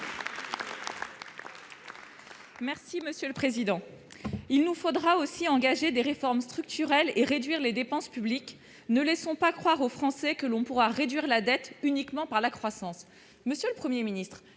Merci monsieur le président, il nous faudra aussi engager des réformes structurelles et réduire les dépenses publiques, ne laissons pas croire aux Français que l'on pourra réduire la dette uniquement par la croissance, monsieur le 1er ministre